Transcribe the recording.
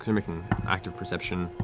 making active perception.